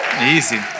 easy